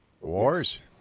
Wars